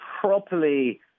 properly